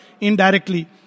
indirectly